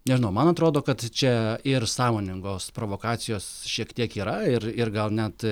nežinau man atrodo kad čia ir sąmoningos provokacijos šiek tiek yra ir ir gal net